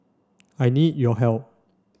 I need your help